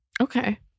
Okay